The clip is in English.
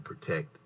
protect